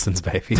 baby